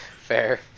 Fair